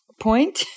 Point